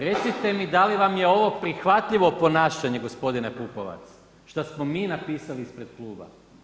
Recite mi da li vam je ovo prihvatljivo ponašanje gospodine Pupovac, šta smo mi napisali ispred kluba?